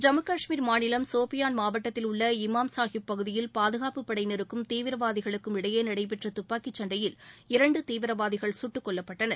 ஜம்மு காஷ்மீர் மாநிலம் சோபியான் மாவட்டத்தில் உள்ள இமாம் சாஹிப் பகுதியில் பாதுகாப்பு படையினருக்கும் தீவிரவாதிகளுக்கும் இடையே நடைபெற்ற துப்பாக்கி சண்டையில் இரண்டு தீவிரவாதிகள் சுட்டுக்கொல்லப்பட்டனர்